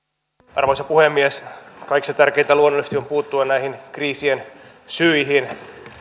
arvoisa puhemies kaikista tärkeintä luonnollisesti on puuttua näihin kriisien syihin